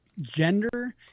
gender